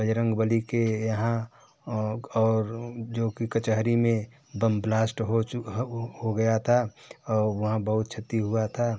बजरंगबली के यहाँ और जो कि कचहरी में बम ब्लाश्ट हो गया था और वहाँ बहुत क्षति हुआ था